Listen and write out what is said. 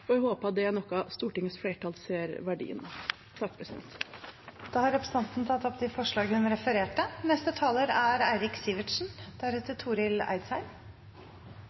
og jeg håper dette er noe Stortingets flertall ser verdien av. Representanten Kari Anne Bøkestad Andreassen har tatt opp de forslagene hun refererte